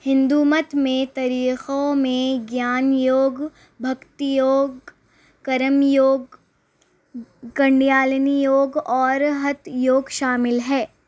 ہندومت میں طریقوں میں گیان یوگ بھکتی یوگ کرم یوگ کنڈیالینی یوگ اور ہتھ یوگ شامل ہے